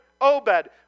Obed